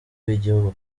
w’igihugu